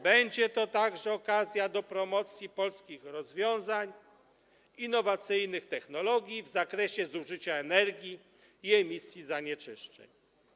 Będzie to także okazja do promocji polskich rozwiązań, innowacyjnych technologii w zakresie zużycia energii i emisji zanieczyszczeń.